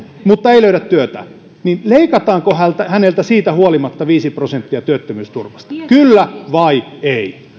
mutta ei löydä työtä leikataanko häneltä häneltä siitä huolimatta viisi prosenttia työttömyysturvasta kyllä vai ei